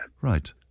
Right